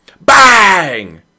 Bang